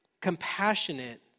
compassionate